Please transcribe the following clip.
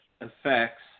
effects